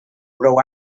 prou